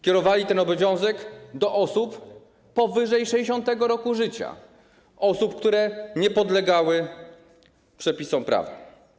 Kierowali ten obowiązek do osób powyżej 60. roku życia, osób, które nie podlegały przepisom prawnym.